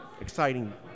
exciting